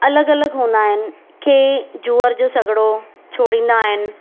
अलॻि अलॻि हूंदा आहिनि के जूअरि जो सॻड़ो छोणींदा आहिनि